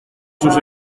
sus